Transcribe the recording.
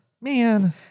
Man